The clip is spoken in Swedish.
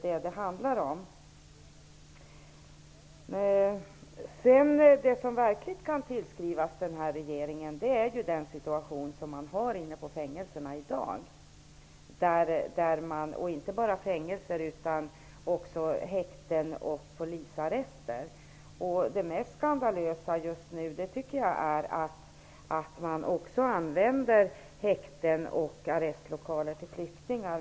Det som dock verkligen kan tillskrivas den här regeringen är situationen i dag på fängelser, häkten och polisarrester. Det mest skandalösa just nu tycker jag är att häkten och arrestlokaler också används när det gäller flyktingar.